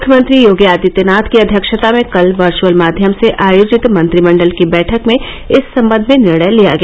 मुख्यमंत्री योगी आदित्यनाथ की अध्यक्षता में कल वर्चअल माध्यम से आयोजित मंत्रिमण्डल की बैठक में इस सम्बद्ध में निर्णय लिया गया